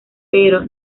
pero